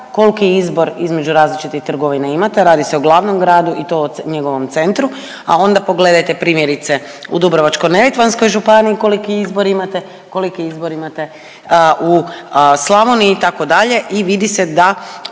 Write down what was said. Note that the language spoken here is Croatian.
kolki izbor između različitih trgovina imate, radi se o glavnom gradu i to o njegovom centru, a onda pogledajte primjerice u Dubrovačko-neretvanskoj županiji koliki izbor imate, koliki izbor imate u Slavoniji itd. i vidi se da